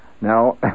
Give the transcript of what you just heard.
Now